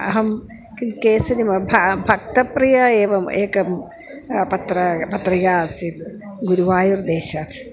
अहं किं केसरि म भा भक्तप्रिया एवम् एकं पत्रं पत्रिका आसीत् गुरुवायूर्देशात्